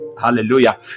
hallelujah